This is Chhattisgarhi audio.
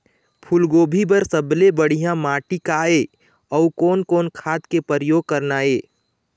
फूलगोभी बर सबले बढ़िया माटी का ये? अउ कोन कोन खाद के प्रयोग करना ये?